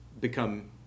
become